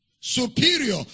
superior